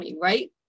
right